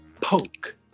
poke